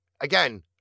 again